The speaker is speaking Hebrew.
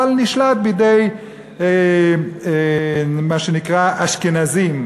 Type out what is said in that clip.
אבל נשלט בידי מה שנקרא אשכנזים,